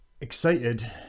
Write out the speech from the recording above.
excited